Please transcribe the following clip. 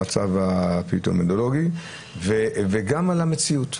למצב האפידמיולוגי וגם למציאות.